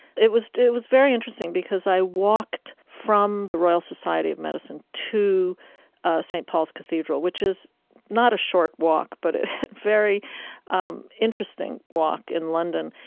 it was it was very interesting because i walked from the royal society of medicine to st. paul's cathedral, which is not a short walk, but a very um interesting walk in london.